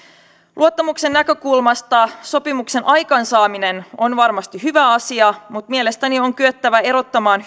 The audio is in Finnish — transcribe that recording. luottamuksen näkökulmasta sopimuksen aikaansaaminen on varmasti hyvä asia mutta mielestäni on kyettävä erottamaan